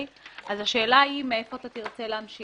השאלה היא מאיפה תרצה להמשיך.